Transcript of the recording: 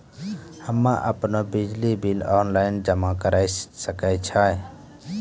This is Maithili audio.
हम्मे आपनौ बिजली बिल ऑनलाइन जमा करै सकै छौ?